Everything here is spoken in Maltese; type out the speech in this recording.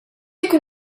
jkun